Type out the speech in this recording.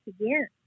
again